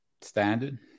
standard